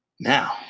Now